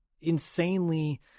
insanely